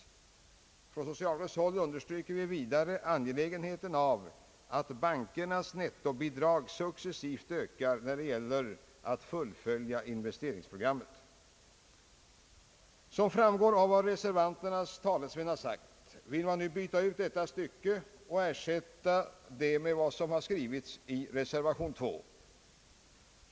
Från socialdemokratiskt håll understryker vi vidare angelägenheten av att bankernas nettobidrag successivt ökas när det gäller att fullfölja investeringsprogrammet. Som framgår av vad reservanternas talesmän har sagt, vill man byta ut detta stycke och ersätta det med vad som skrivits i reservation 2.